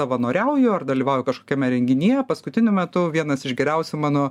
savanoriauju ar dalyvauju kažkokiame renginyje paskutiniu metu vienas iš geriausių mano